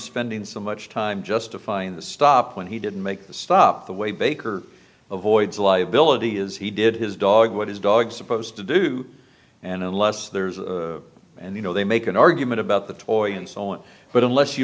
spending so much time justifying the stop when he didn't make the stop the way baker avoids liability as he did his dog what his dog supposed to do and unless there's a and you know they make an argument about the toy and so on but unless you